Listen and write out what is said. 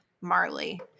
Marley